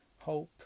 hope